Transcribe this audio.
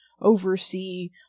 oversee